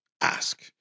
ask